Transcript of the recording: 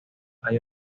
hay